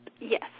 Yes